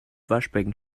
waschbecken